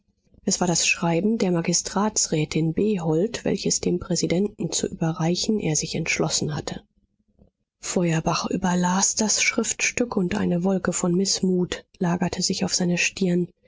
es war das schreiben der magistratsrätin behold welches dem präsidenten zu überreichen er sich entschlossen hatte feuerbach überlas das schriftstück und eine wolke von mißmut lagerte sich auf seine stirn